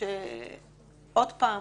עוד פעם